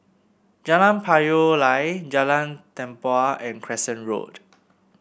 Jalan Payoh Lai Jalan Tempua and Crescent Road